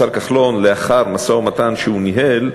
השר כחלון, לאחר משא-ומתן שהוא ניהל,